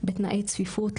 בתנאי צפיפות,